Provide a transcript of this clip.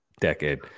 decade